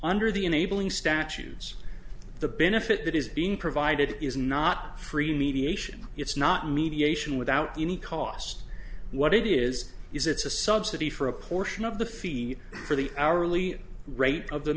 under the enabling statues the benefit that is being provided is not free mediation it's not mediation without any cost what it is is it's a subsidy for a portion of the fee for the hourly rate of the